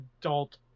adult